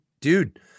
dude